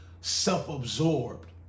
self-absorbed